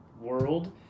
world